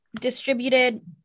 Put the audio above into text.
distributed